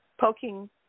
poking